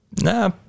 Nah